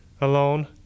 alone